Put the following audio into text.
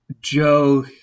Joe